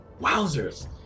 Wowzers